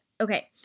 Okay